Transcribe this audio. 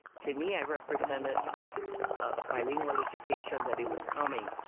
to me, i represented a bilingual education that it was coming.